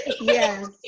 yes